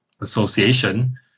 association